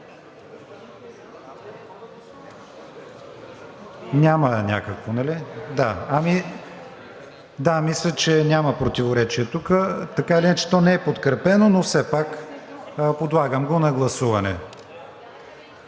Няма някакво, нали – да? Мисля, че няма противоречия тук. Така или иначе то не е подкрепено, но все пак подлагам го гласуване.